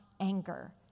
anger